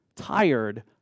tired